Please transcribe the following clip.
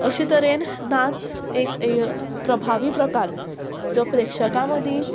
अशे तरेन नाच एक प्रभावी प्रकार जो प्रेक्षकां मदीं